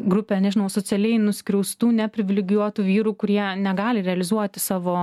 grupė nežinau socialiai nuskriaustų neprivilegijuotų vyrų kurie negali realizuoti savo